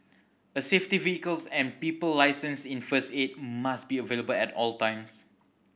a safety vehicles and people licensed in first aid must be available at all times